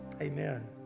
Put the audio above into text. Amen